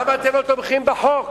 למה אתם לא תומכים בחוק?